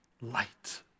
Light